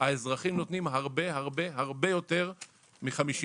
האזרחים נותנים הרבה הרבה הרבה יותר מ-50%,